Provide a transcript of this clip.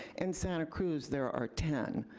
in santa cruz, there are ten.